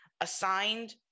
assigned